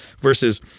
versus